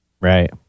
right